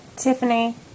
Tiffany